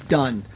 done